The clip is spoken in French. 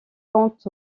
quant